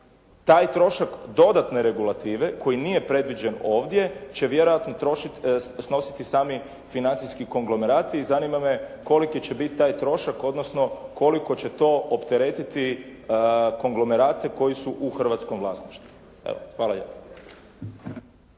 taj trošak dodatne regulative koji nije predviđen ovdje, će vjerojatno snositi sami financijski konglomerati. I zanima me koliki će biti taj trošak, odnosno koliko će to opteretiti konglomerate koji su u Hrvatskom vlasništvu. Evo, hvala lijepo.